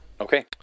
Okay